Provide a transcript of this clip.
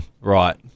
Right